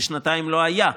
ושנתיים לא היה.